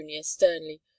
sternly